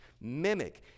mimic